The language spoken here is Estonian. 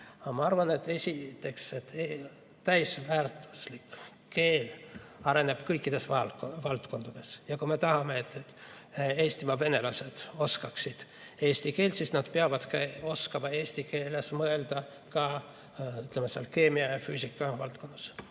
ma arvan, et täisväärtuslik keel areneb kõikides valdkondades, ja kui me tahame, et Eestimaa venelased oskaksid eesti keelt, siis nad peavad oskama eesti keeles mõelda ka keemia ja füüsika valdkonnas.